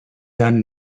done